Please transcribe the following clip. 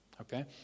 Okay